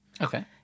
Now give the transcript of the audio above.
Okay